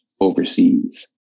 overseas